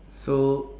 so